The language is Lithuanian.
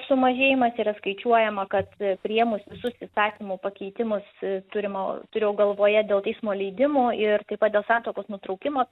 sumažėjimas yra skaičiuojama kad priėmus visus įstatymų pakeitimus turimo turėjau galvoje dėl teismo leidimo ir taip pat dėl santuokos nutraukimo